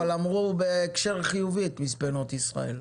אבל אמרו בהקשר חיובי את מספנות ישראל.